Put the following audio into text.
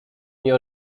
nie